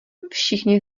všichni